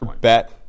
bet